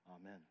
Amen